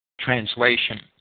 translation